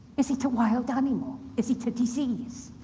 is it a wild animal? is it a disease?